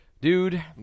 Dude